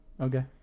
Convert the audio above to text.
Okay